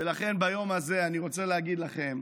ולכן ביום הזה אני רוצה להגיד לכם,